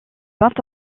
vingt